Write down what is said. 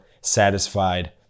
satisfied